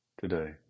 today